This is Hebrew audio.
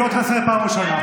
אני קורא אותך לסדר פעם ראשונה.